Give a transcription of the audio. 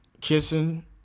kissing